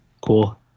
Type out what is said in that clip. Cool